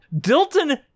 Dilton